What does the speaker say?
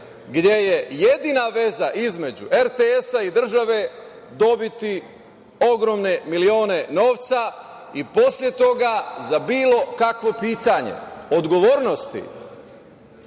gde je jedina veza između RTS-a i države dobiti ogromne milione novca i posle toga za bilo kakve pitanje odgovornosti